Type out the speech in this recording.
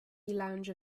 lounge